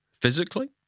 Physically